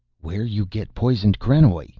where you get poisoned krenoj?